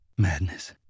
Madness